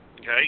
okay